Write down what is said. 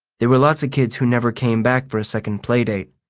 there were lots of kids who never came back for a second playdate.